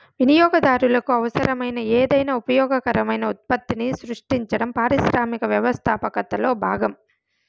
వినియోగదారులకు అవసరమైన ఏదైనా ఉపయోగకరమైన ఉత్పత్తిని సృష్టించడం పారిశ్రామిక వ్యవస్థాపకతలో భాగం